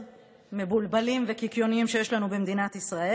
היותר-מבולבלים וקיקיוניים שיש לנו במדינת ישראל.